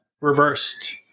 reversed